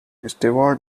steward